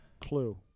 Clue